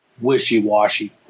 wishy-washy